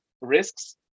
risks